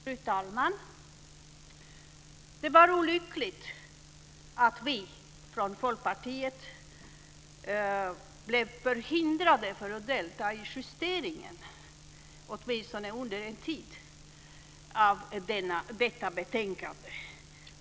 Fru talman! Det var olyckligt att vi från Folkpartiet blev förhindrade att delta, åtminstone under en tid, i justeringen av detta betänkande.